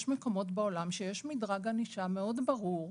יש מקומות בעולם שיש מדרג ענישה מאוד ברור.